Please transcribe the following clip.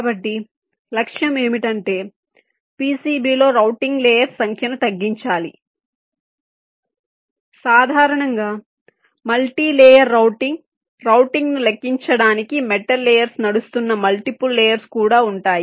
కాబట్టి లక్ష్యం ఏంటంటే PCB లో రౌటింగ్ లేయర్స్ సంఖ్యను తగ్గించాలి సాధారణంగా మల్టీ లేయర్ రౌటింగ్ రౌటింగ్ను లెక్కించడానికి మెటల్ లేయర్స్ నడుస్తున్న మల్టిపుల్ లేయర్స్ కూడా ఉంటాయి